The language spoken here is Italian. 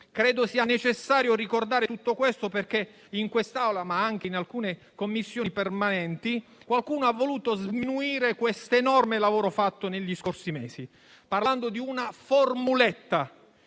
Credo che sia necessario ricordare tutto questo perché in quest'Aula, ma anche in alcune Commissioni permanenti, qualcuno ha voluto sminuire l'enorme lavoro fatto negli scorsi mesi, parlando di una formuletta: